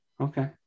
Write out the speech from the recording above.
Okay